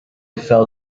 fell